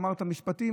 אמרת משפטים,